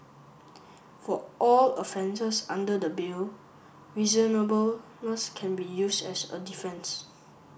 for all offences under the Bill reasonableness can be used as a defence